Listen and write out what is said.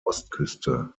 ostküste